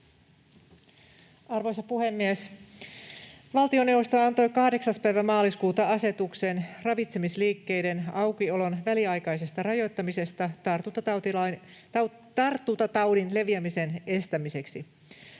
Arvoisa puhemies! Valtioneuvosto antoi 8. päivä maaliskuuta asetuksen ravitsemisliikkeiden aukiolon väliaikaisesta rajoittamisesta tartuntataudin leviämisen estämiseksi.